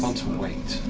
um to wait.